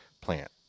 plant